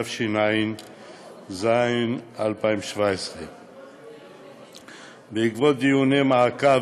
התשע"ז 2017. בעקבות דיוני מעקב